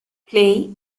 play